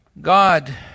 God